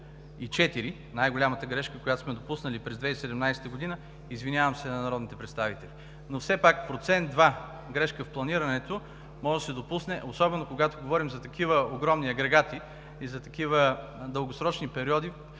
най-голямата грешка, която сме допуснали през 2017 г., извинявам се на народните представители, но все пак 1 – 2% грешка в планирането може да се допусне, особено когато говорим за такива огромни агрегати и за такива дългосрочни периоди,